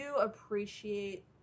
appreciate